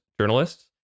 journalists